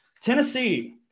Tennessee